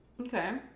Okay